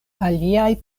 aliaj